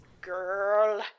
Girl